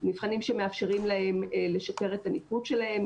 מבחנים שמאפשרים להם לשפר את הניקוד שלהם.